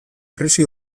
krisi